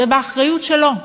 זה באחריות שלו.